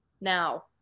now